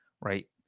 right